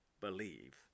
believe